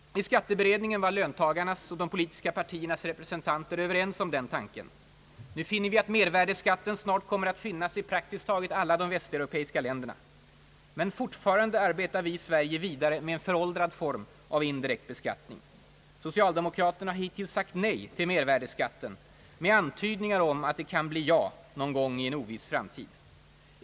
I skatteberedningen var löntagarnas och partiernas representanter överens om den tanken. Nu finner vi att mervärdeskatten snart kommer att finnas i prak tiskt taget alla de västeuropeiska länderna. — Men fortfarande arbetar vi i Sverige vidare med en föråldrad form av indirekt beskattning. Socialdemokraterna har hittills sagt nej till mervärdeskatten med antydningar om ait det kan bli ja någon gång i en oviss framtid.